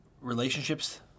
relationships